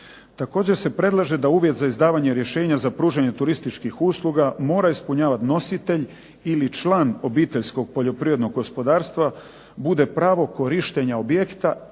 Također se predlaže da uvjet za izdavanje rješenja za pružanje turističkih usluga mora ispunjavat nositelj ili član obiteljskog poljoprivrednog gospodarstva bude pravo korištenja objekta